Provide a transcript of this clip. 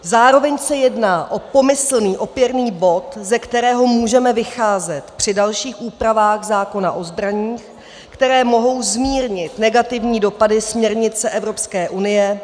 Zároveň se jedná o pomyslný opěrný bod, ze kterého můžeme vycházet při dalších úpravách zákona o zbraních, které mohou zmírnit negativní dopady směrnice Evropské unie.